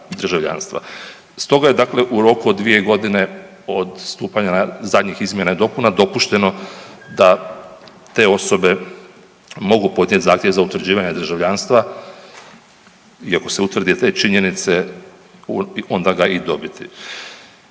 Stoga je dakle u roku od 2 godine od stupanja na, zadnjih izmjena i dopuna dopušteno da te osobe mogu podnijeti zahtjev za utvrđivanje državljanstva i ako se utvrdi te činjenice, onda ga i dobiti.